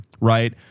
right